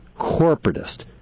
corporatist